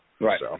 Right